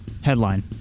Headline